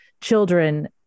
children